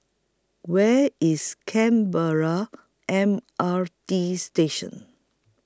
Where IS Canberra M R T Station